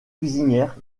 cuisinière